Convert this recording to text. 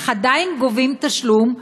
אך עדיין גובים תשלום,